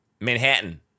Manhattan